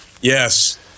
Yes